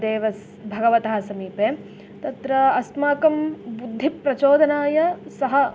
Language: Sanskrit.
देवस्य भगवतः समीपे तत्र अस्माकं बुद्धिप्रचोदनाय सः